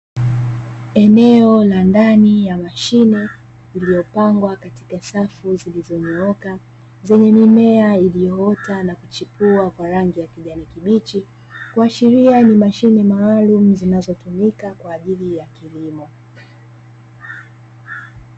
Eneo la ndani ya mashine, iliyopangwa katika safu zilizonyooka, zenye mimea iliyoota na kuchipua kwa rangi ya kijani kibichi, kuashiria ni mashine maalumu zinazotumika kwa ajili ya kilimo.